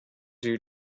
you